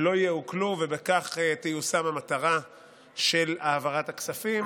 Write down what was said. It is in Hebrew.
לא יעוקלו, ובכך תיושם המטרה של העברת הכספים,